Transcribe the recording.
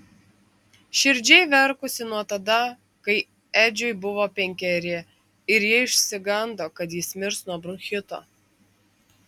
širdžiai verkusi nuo tada kai edžiui buvo penkeri ir ji išsigando kad jis mirs nuo bronchito